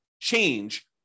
change